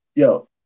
Yo